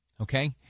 Okay